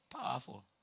Powerful